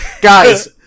Guys